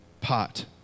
pot